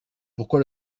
pourquoi